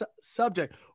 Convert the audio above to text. subject